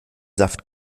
saft